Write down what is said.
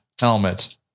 helmet